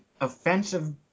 offensive